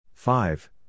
Five